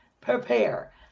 prepare